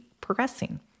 progressing